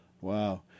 Wow